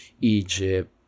Egypt